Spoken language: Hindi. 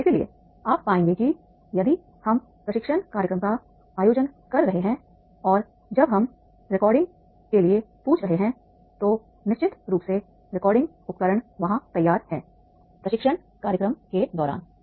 और इसलिए आप पाएंगे कि यदि हम प्रशिक्षण कार्यक्रम का आयोजन कर रहे हैं और जब हम रिकॉर्डिंग के लिए पूछ रहे हैं तो निश्चित रूप से रिकॉर्डिंग उपकरण वहां तैयार हैं प्रशिक्षण कार्यक्रम के दौरान